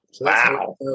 Wow